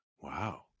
wow